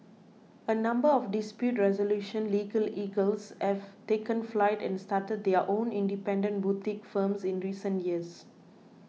a number of dispute resolution legal eagles have taken flight and started their own independent boutique firms in recent years